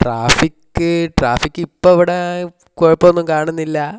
traffic traffic ഇപ്പോൾ ഇവിടേ കുഴപ്പമൊന്നും കാണുന്നില്ലാ